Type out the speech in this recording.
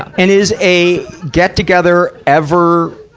and is a get-together ever,